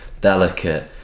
delicate